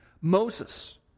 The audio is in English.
Moses